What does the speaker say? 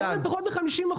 היום הם פחות מ-50%.